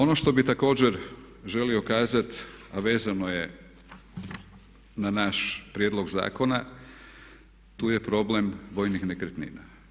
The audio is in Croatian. Ono što bih također želio kazati a vezano je na naš prijedlog zakona tu je problem vojnih nekretnina.